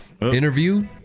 interview